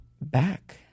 back